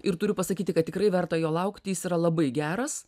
ir turiu pasakyti kad tikrai verta jo laukti jis yra labai geras